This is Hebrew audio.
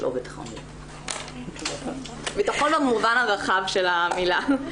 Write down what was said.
בטחון במובן הרחב של המילה.